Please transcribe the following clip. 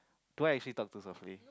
do I actually talk too softly